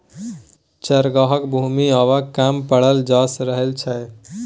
चरागाहक भूमि आब कम पड़ल जा रहल छै